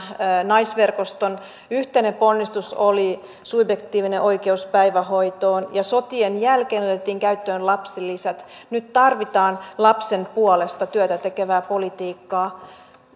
naisverkoston yhteinen ponnistus oli subjektiivinen oikeus päivähoitoon ja sotien jälkeen otettiin käyttöön lapsilisät että nyt tarvitaan lapsen puolesta työtä tekevää politiikkaa